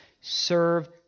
serve